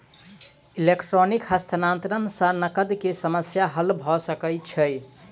electronic हस्तांतरण सॅ नकद के समस्या हल भ सकै छै